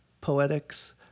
poetics